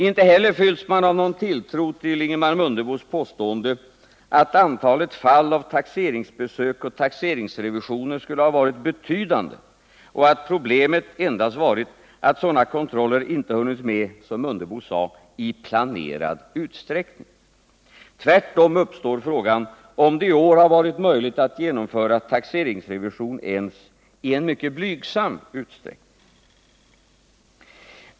Inte heller fylls man av någon tilltro till Ingemar Mundebos påstående att antalet fall av taxeringsbesök och taxeringrevisioner skulle ha varit betydande och att problemet endast varit att sådana kontroller inte hunnits med ”i planerad utsträckning”. Tvärtom uppstår frågan om det i år har varit möjligt att genomföra taxeringsrevision ens i en mycket blygsam utsträckning.